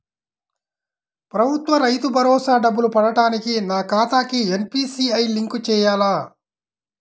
ప్రభుత్వ రైతు భరోసా డబ్బులు పడటానికి నా ఖాతాకి ఎన్.పీ.సి.ఐ లింక్ చేయాలా?